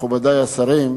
מכובדי השרים,